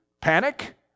Panic